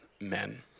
men